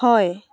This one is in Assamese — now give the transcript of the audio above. হয়